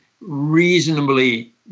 reasonably